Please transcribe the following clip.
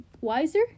wiser